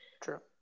true